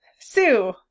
sue